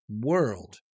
world